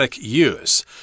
use